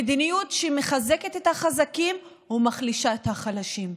המדיניות שמחזקת את החזקים ומחלישה את החלשים,